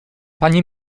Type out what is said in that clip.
panie